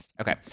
Okay